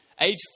Age